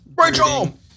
Rachel